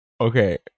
Okay